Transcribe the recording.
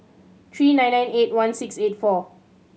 three nine nine eight one six eight four